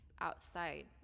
outside